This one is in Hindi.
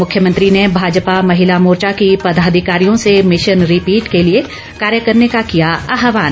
मुख्यमंत्री ने भाजपा महिला मोर्चा की पदाधिकारियों से भिशन रिपीट के लिए कार्य करने का किया आहवान